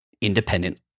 independent